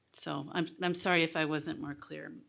so, i'm i'm sorry, if i wasn't more clear